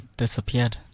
disappeared